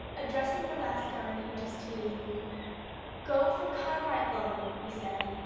addressing the lascar in hindustani go for carmichael, he said.